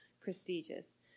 prestigious